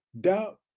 doubt